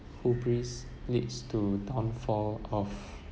hubris leads to downfall of